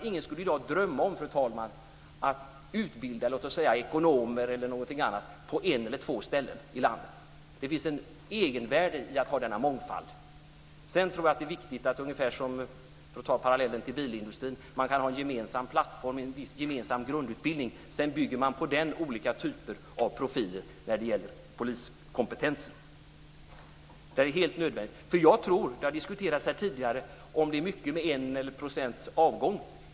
Ingen skulle i dag drömma om, fru talman, att utbilda t.ex. ekonomer på bara ett eller två ställen i landet. Det finns ett egenvärde i att ha en mångfald. Jag tror också att det är viktigt att - för att dra en parallell till bilindustrin - man som en gemensam plattform kan ha en viss gemensam grundutbildning. På den kan man bygga upp olika typer av profiler när det gäller poliskompetens. Det är helt nödvändigt. Det har tidigare diskuterats här om det är mycket med 1 % avgång.